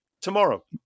tomorrow